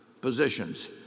positions